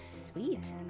Sweet